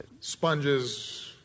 sponges